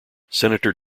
senator